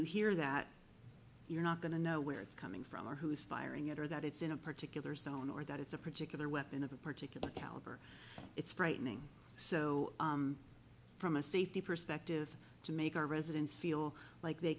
you hear that you're not going to know where it's coming from or who is firing it or that it's in a particular zone or that it's a particular weapon of a particular caliber it's frightening so from a safety perspective to make our residents feel like they